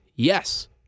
Yes